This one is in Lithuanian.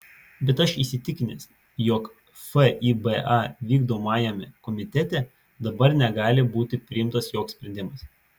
bet aš įsitikinęs jog fiba vykdomajame komitete dabar negali būti priimtas joks sprendimas